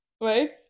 right